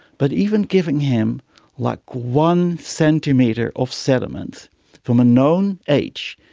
but even giving him like one centimetre of sediment from a known age,